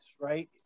right